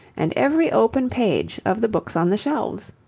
and every open page of the books on the shelves.